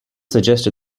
suggested